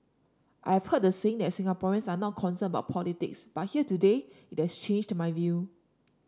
I've heard the saying that Singaporeans are not concerned about politics but here today it has changed my view